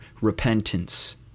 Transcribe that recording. repentance